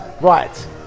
Right